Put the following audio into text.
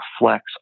reflects